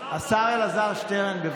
השר אלעזר שטרן, בבקשה.